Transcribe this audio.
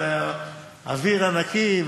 על האוויר הנקי.